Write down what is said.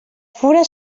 fura